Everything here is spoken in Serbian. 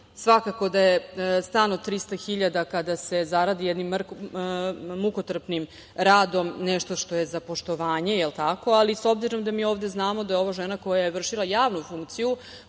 Svakako da je stan od 300.000, kada se zaradi jednim mukotrpnim radom, nešto što je za poštovanje, jel tako, ali s obzirom da mi ovde znamo da je ovo žena koja je vršila javnu funkciju,